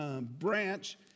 Branch